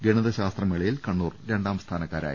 ഗണിതശാ സ്ത്രമേളയിൽ കണ്ണൂർ രണ്ടാം സ്ഥാനക്കാരായി